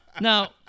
Now